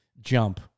jump